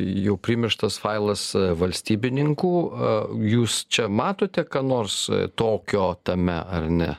jau primirštas failas valstybininkų o jūs čia matote ką nors tokio tame ar ne